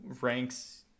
ranks